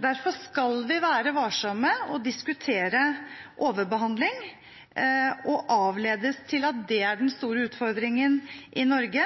Derfor skal vi være varsomme med å diskutere overbehandling, så ingen forledes til å tro at den store utfordringen i Norge